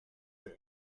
the